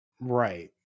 Right